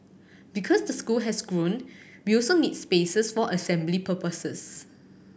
because the school has grown we also need spaces for assembly purposes